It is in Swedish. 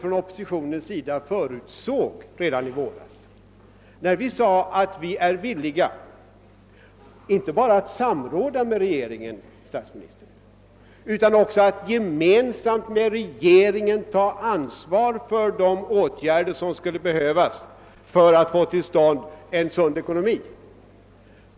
Denna situation förutsåg vi inom oppositionen redan i våras, när vi sade att vi var villiga inte bara att samråda med regeringen utan också att gemensamt med regeringen ta ansvaret för dé åtgärder som kunde behövas för att man skulle få till stånd en sund ekonomi.